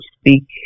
speak